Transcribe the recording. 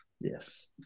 yes